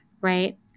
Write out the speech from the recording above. right